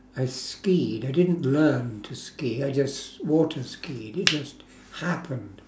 I skied I didn't learn to ski I just water skied it just happened